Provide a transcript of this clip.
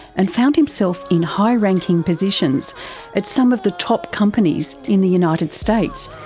and found himself in high ranking positions at some of the top companies in the united states,